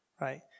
Right